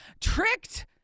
tricked